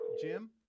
Jim